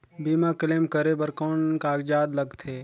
बीमा क्लेम करे बर कौन कागजात लगथे?